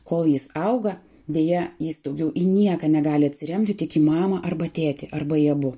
kol jis auga deja jis daugiau į nieką negali atsiremti tik į mamą arba tėtį arba į abu